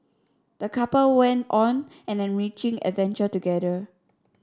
the couple went on an enriching adventure together